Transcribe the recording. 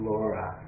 Laura